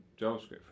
JavaScript